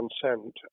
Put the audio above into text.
consent